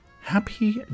Happy